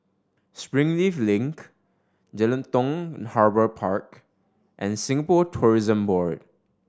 Springleaf Link Jelutung Harbour Park and Singapore Tourism Board